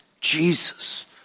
Jesus